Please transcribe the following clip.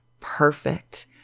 perfect